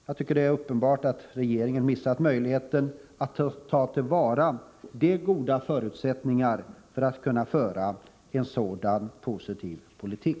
Jag tycker att det är uppenbart att regeringen har missat möjligheterna att föra en sådan positiv politik.